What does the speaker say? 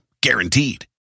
Guaranteed